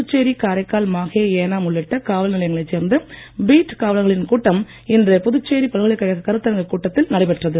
புதுச்சேரி காரைக்கால் மாஹே ஏனாம் உள்ளிட்ட காவல் நிலையங்களைச் சேர்ந்த பீட் காவலர்களின் கூட்டம் இன்று புதுச்சேரி பல்கலைக்கழக கருத்தரங்குக் கூடத்தில் நடைபெற்றது